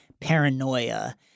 paranoia